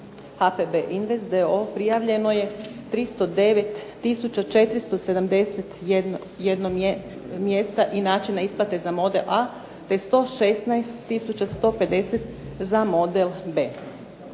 HPB Invest d.o.o. prijavljeno je 309 tisuća 471 mjesta i načina isplate za model A te 116 tisuća 150 za model B.